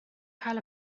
cael